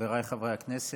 חבריי חברי הכנסת,